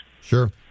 Sure